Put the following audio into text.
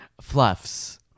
Fluffs